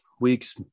week's